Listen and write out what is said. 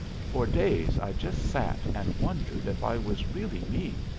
for days i just sat and wondered if i was really me,